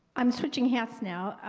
i'm switching hats now.